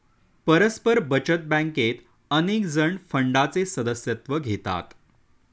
परस्पर बचत बँकेत अनेकजण फंडाचे सदस्यत्व घेतात